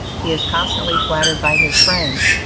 he is constantly flattered by his friends,